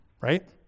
Right